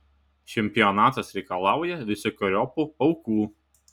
čempionatas reikalauja visokeriopų aukų